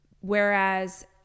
Whereas